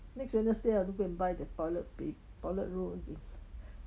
next wednesday I go and buy the toilet pa~ toilet roll with